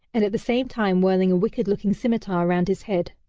and at the same time whirling a wicked looking scimitar around his head.